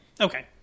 Okay